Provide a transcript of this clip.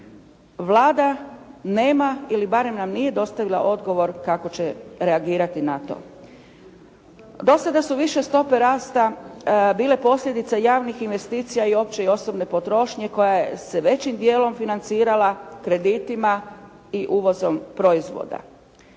Vlada nema ili barem nam nije dostavila odgovor kako će reagirati na to. Do sada su više stope rasta bile posljedica javnih investicija i opće i osobne potrošnje koja se većim dijelom financirala kreditima i uvozom proizvoda.